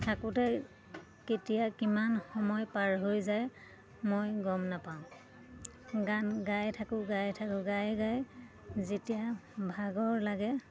থাকোঁতে কেতিয়া কিমান সময় পাৰ হৈ যায় মই গম নাপাওঁ গান গাই থাকোঁ গাই থাকোঁ গাই গাই যেতিয়া ভাগৰ লাগে